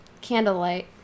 candlelight